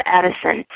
Addison